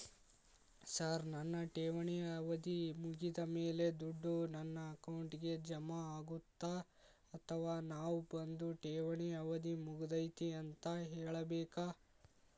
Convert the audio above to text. Sir ನನ್ನ ಠೇವಣಿ ಅವಧಿ ಮುಗಿದಮೇಲೆ, ದುಡ್ಡು ನನ್ನ ಅಕೌಂಟ್ಗೆ ಜಮಾ ಆಗುತ್ತ ಅಥವಾ ನಾವ್ ಬಂದು ಠೇವಣಿ ಅವಧಿ ಮುಗದೈತಿ ಅಂತ ಹೇಳಬೇಕ?